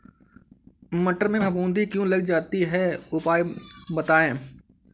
मटर में फफूंदी क्यो लग जाती है उपाय बताएं?